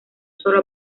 sólo